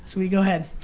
saweetie, go ahead.